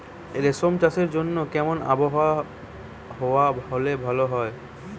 রেশম চাষের জন্য কেমন আবহাওয়া হাওয়া হলে ভালো?